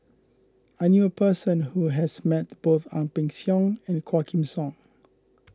I knew a person who has met both Ang Peng Siong and Quah Kim Song